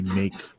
make